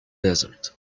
desert